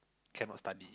cannot study